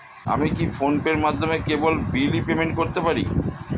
আমি কি ফোন পের মাধ্যমে কেবল বিল পেমেন্ট করতে পারি?